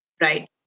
right